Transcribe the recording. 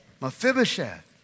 Mephibosheth